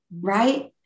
Right